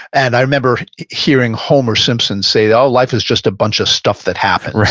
and i remember hearing homer simpson say, oh, life is just a bunch of stuff that happened.